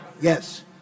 Yes